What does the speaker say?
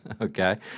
okay